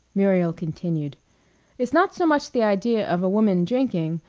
muriel continued it's not so much the idea of a woman drinking,